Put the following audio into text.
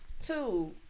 Two